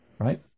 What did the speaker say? Right